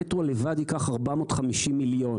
המטרו לבד ייקח 450 מיליון.